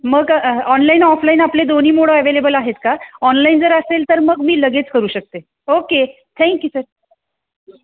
मग online offline आपले दोन्ही मोड अव्हेलेबल आहेत का ऑनलाईन जर असेल तर मग मी लगेच करू शकते ओके थँक्यू सर